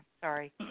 sorry